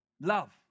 Love